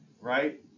right